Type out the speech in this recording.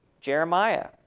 Jeremiah